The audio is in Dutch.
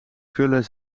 krullen